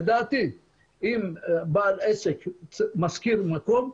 לדעתי אם בעל עסק שוכר מקום,